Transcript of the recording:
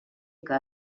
que